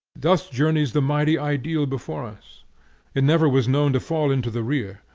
thus journeys the mighty ideal before us it never was known to fall into the rear.